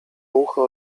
ucho